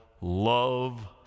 love